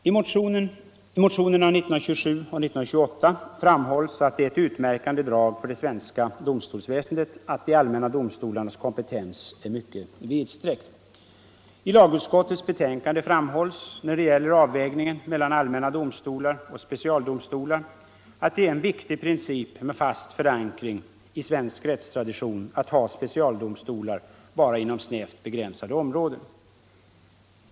I motionerna 1927 och 1928 framhålls att det är ett utmärkande drag för det svenska domstolsväsendet att de allmänna domstolarnas kompetens är mycket vidsträckt. I lagutskottets betänkande framhålls då det gäller avvägningen mellan allmänna domstolar och specialdomstolar att det är en viktig princip med fast förankring i svensk rättstradition att ha specialdomstolar bara inom snävt begränsade områden.